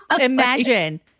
Imagine